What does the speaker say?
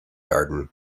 garden